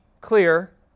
clear